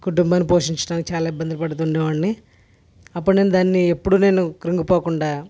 కుటుంబాన్ని పోషించటానికి చాలా ఇబ్బందులు పడుతుండే వాడిని అప్పుడు నేను దాన్ని ఎప్పుడూ నేను కృంగిపోకుండా